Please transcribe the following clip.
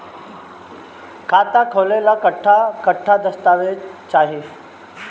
खाता खोले ला कट्ठा कट्ठा दस्तावेज चाहीं?